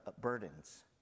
burdens